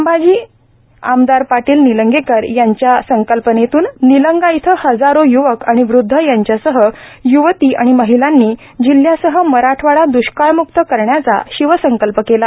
संभाजी आमदार पाटील निलंगेकर यांच्या संकल्पनेतून निलंगा इथं हाजारो य्वक आणि वृद्ध यांच्यासह य्वती आणि महिलांनी जिल्ह्यासह मराठवाडा द्रष्काळमुक्त करण्याचा शिवसंकल्प केला